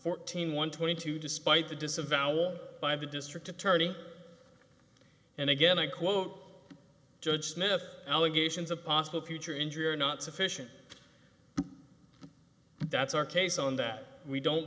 fourteen one twenty two despite the disavowal by the district attorney and again i quote judge smith allegations of possible future injury are not sufficient that's our case on that we don't